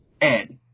Ed